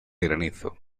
granizo